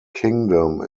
kingdom